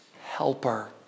helper